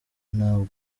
ntabwo